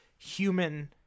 human